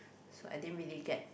so I didn't really get